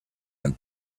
and